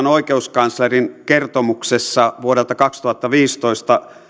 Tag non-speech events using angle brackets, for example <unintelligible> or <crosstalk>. <unintelligible> oikeuskanslerin kertomuksessa vuodelta kaksituhattaviisitoista